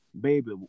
Baby